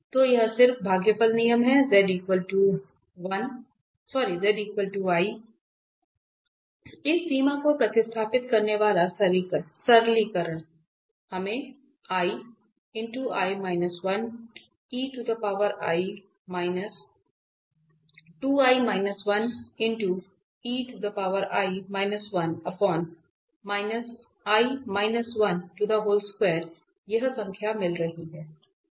तो यह सिर्फ भागफल नियम है z i इस सीमा को प्रतिस्थापित करने वाला सरलीकरण हमें यह संख्या मिल रही है